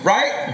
Right